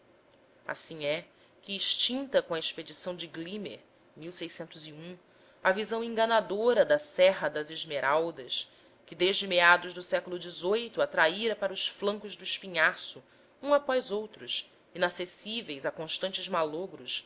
assim é que extinta com a expedição de limmer a visão enganadora da serra das esmeraldas que desde meados do século xvi atraíra para os flancos do espinhaço um após outros inacessíveis a constantes malogros